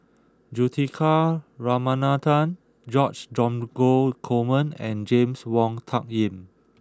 Juthika Ramanathan George Dromgold Coleman and James Wong Tuck Yim